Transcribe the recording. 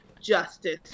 justice